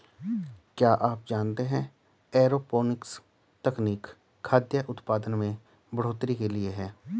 क्या आप जानते है एरोपोनिक्स तकनीक खाद्य उतपादन में बढ़ोतरी के लिए है?